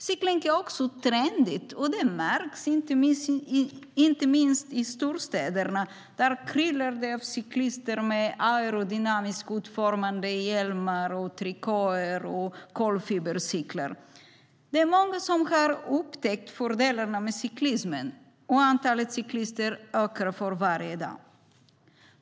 Cykling är också trendigt, och det märks, inte minst i storstäderna där det kryllar av cyklister med aerodynamiskt utformade hjälmar, trikåer och kolfibercyklar. Det är många som har upptäckt fördelarna med cyklismen, och antalet cyklister ökar för varje dag.